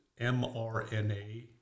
mRNA